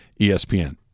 ESPN